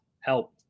help